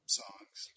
songs